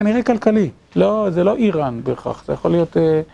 כנראה כלכלי, זה לא איראן בהכרח, זה יכול להיות...